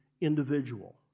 individual